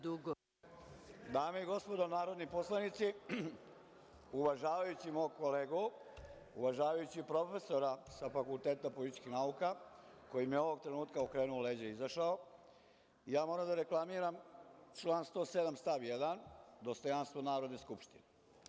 Dame i gospodo narodni poslanici, uvažavajući mog kolegu, uvažavajući profesora sa Fakulteta političkih nauka, koji mi je ovog trenutka okrenuo leđa i izašao, moram da reklamiram član 107. stav 1. – dostojanstvo Narodne skupštine.